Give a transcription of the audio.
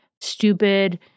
stupid